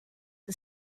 the